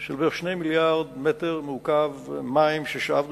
של בערך 2 מיליארדי מטרים מעוקבים מים ששאבנו